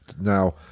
Now